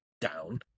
down